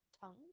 tongue